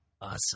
awesome